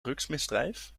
drugsmisdrijf